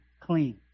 clean